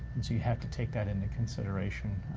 and so you have to take that into consideration.